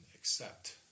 accept